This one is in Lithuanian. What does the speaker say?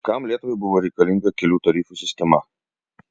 kam lietuvai buvo reikalinga kelių tarifų sistema